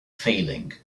failing